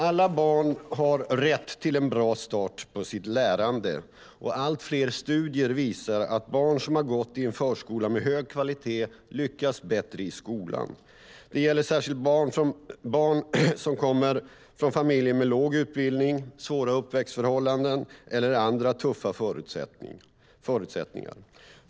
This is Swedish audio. Alla barn har rätt till en bra start på sitt lärande, och allt fler studier visar att barn som har gått i en förskola med hög kvalitet lyckas bättre i skolan. Det gäller särskilt barn som kommer från familjer med låg utbildning, svåra uppväxtförhållanden eller andra tuffa förutsättningar.